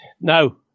No